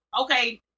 okay